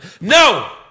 No